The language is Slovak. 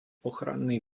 ochranný